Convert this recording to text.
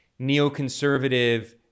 neoconservative